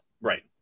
Right